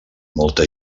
molta